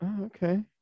Okay